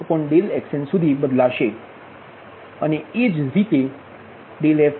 f1xnસુધી બદલાશે અને એ જ રીતે f2x1 f2x2